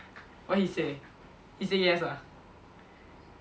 what he say he say yes ah